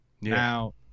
now